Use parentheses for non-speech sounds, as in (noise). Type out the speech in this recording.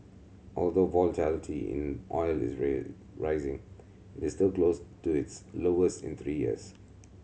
although volatility in oil is (unintelligible) rising it is still close to its lowest in three years